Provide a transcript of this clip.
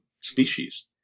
species